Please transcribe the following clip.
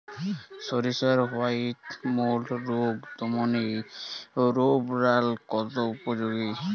সরিষার white mould রোগ দমনে রোভরাল কতটা উপযোগী?